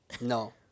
No